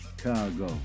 Chicago